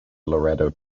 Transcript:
laredo